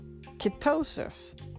ketosis